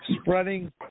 spreading